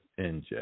NJ